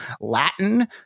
Latin